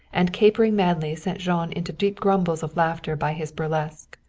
and capering madly sent jean into deep grumbles of laughter by his burlesque.